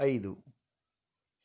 ಐದು